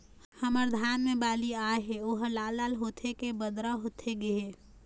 हमर धान मे बाली आए हे ओहर लाल लाल होथे के बदरा होथे गे हे?